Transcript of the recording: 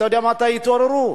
אתה יודע מתי יתעוררו?